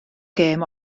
gêm